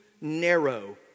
narrow